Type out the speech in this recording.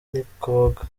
ntikoga